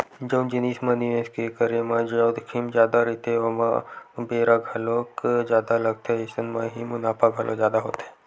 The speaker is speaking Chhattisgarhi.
जउन जिनिस म निवेस के करे म जोखिम जादा रहिथे ओमा बेरा घलो जादा लगथे अइसन म ही मुनाफा घलो जादा होथे